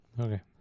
Okay